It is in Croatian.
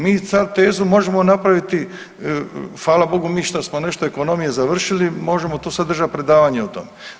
Mi sada tezu možemo napraviti, hvala Bogu mi što smo nešto ekonomije završili možemo tu sada držati predavanje o tome.